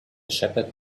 shepherd